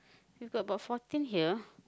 we've got about fourteen here